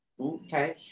Okay